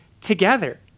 together